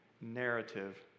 narrative